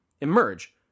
emerge